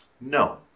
No